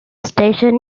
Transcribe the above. station